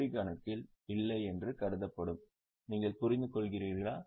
D கணக்கில் ஏற்றுக்கொள்ளப்படுவதில்லை நீங்கள் புரிந்துகொள்கிறீர்களா